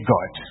God